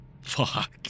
Fuck